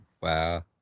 Wow